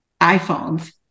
iPhones